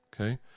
okay